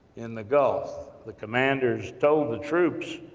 in the gulf, the commanders told the troops,